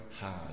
hard